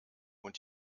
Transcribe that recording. und